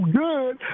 good